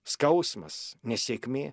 skausmas nesėkmė